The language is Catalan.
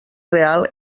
real